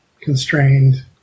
constrained